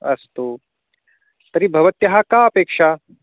अस्तु तर्हि भवत्याः का अपेक्षा